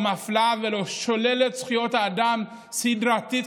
מפלה או שוללת זכויות אדם סדרתית,